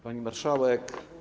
Pani Marszałek!